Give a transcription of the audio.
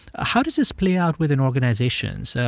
how does this play out within organizations,